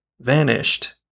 vanished